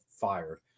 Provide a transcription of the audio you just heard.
fired